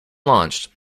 launched